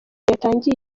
yatangiye